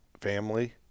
family